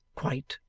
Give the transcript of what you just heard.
quite